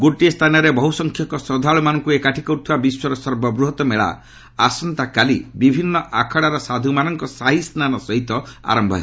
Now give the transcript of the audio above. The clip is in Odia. ଗୋଟିଏ ସ୍ଥାନରେ ବହ୍ର ସଂଖ୍ୟକ ଶ୍ରଦ୍ଧାଳୁମାନଙ୍କୁ ଏକାଠି କରୁଥିବା ବିଶ୍ୱର ସର୍ବବୃହତ ମେଳା ଆସନ୍ତାକାଲି ବିଭିନ୍ନ ଆଖଡ଼ାର ସାଧୁମାନଙ୍କ ସାହି ସ୍ନାନ ସହିତ ଆରମ୍ଭ ହେବ